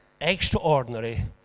extraordinary